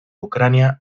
ucrania